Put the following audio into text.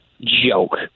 joke